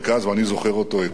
ואני זוכר אותו היטב.